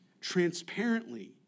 transparently